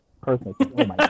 personally